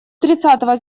тридцатого